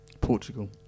Portugal